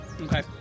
Okay